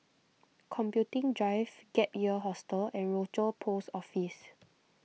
Computing Drive Gap Year Hostel and Rochor Post Office